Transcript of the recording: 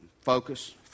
Focus